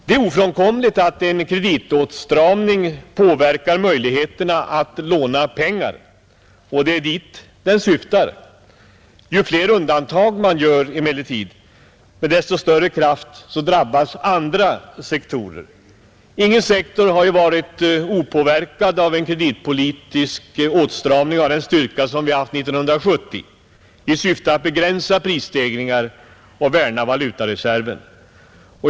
Det är ofrånkomligt att en kreditåtstramning påverkar möjligheterna att låna pengar, och det är dit den syftar. Men ju fler undantag man gör, med desto större kraft drabbas andra sektorer. Ingen sektor har ju varit opåverkad av den kreditpolitiska åtstramning som vi haft 1970 i syfte att begränsa prisstegringar och värna valutareserven.